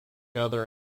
other